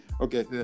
Okay